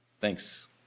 Thanks